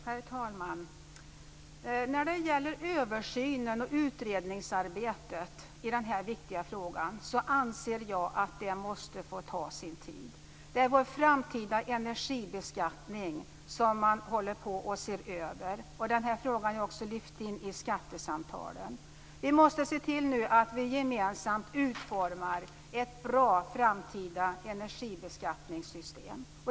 Herr talman! Jag anser att översynen och utredningsarbetet i denna viktiga fråga måste få ta sin tid. Det är den framtida energibeskattningen som ses över. Frågan har också lyfts in i skattesamtalen. Vi måste se till att vi gemensamt utformar ett bra framtida energibeskattningssystem.